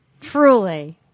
truly